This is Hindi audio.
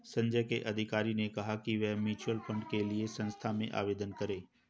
संजय के अधिकारी ने कहा कि वह म्यूच्यूअल फंड के लिए संस्था में आवेदन करें